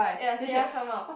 ya Sierra come out